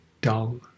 dull